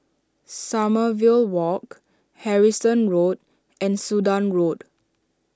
Sommerville Walk Harrison Road and Sudan Road